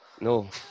No